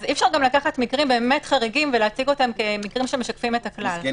אז אי אפשר לקחת מקרים חריגים ולהציג אותם כמקרים שמשקפים את הכלל.